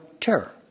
terror